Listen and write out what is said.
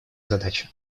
задача